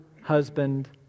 husband